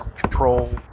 control